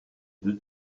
deux